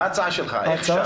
מה ההצעה שלך, איך אפשר?